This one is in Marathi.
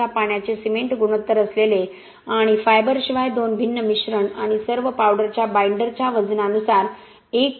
18 च्या पाण्याचे सिमेंट गुणोत्तर असलेले आणि फायबरशिवाय दोन भिन्न मिश्रण आणि सर्व पावडरच्या बाईंडरच्या वजनानुसार 1